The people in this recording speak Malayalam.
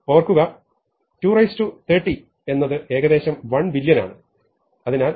ഓർക്കുക 230 എന്നത് ഏകദേശം 1 ബില്ല്യൺ ആണെന്ന് നമ്മൾ പറഞ്ഞു